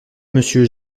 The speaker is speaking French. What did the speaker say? monsieur